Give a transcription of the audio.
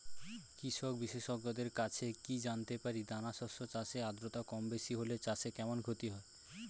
কৃষক বিশেষজ্ঞের কাছে কি জানতে পারি দানা শস্য চাষে আদ্রতা কমবেশি হলে চাষে কেমন ক্ষতি হয়?